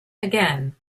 again